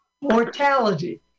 mortality